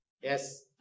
Yes